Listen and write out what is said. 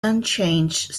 unchanged